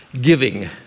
giving